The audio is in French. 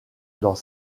dans